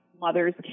mothers